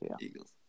Eagles